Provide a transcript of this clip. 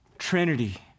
Trinity